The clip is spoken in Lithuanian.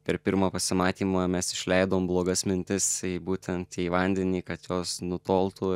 per pirmą pasimatymą mes išleidom blogas mintis būtent į vandenį kad jos nutoltų